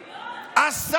שטויות.